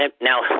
Now